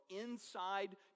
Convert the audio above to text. inside